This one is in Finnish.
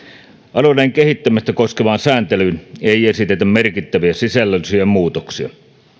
alueiden kehittämistä koskevaan sääntelyyn ei esitetä merkittäviä sisällöllisiä muutoksia